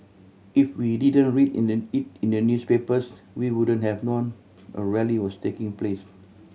if we didn't read in the it in the newspapers we wouldn't have known a rally was taking place